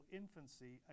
infancy